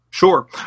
Sure